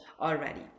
already